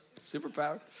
superpower